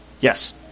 Yes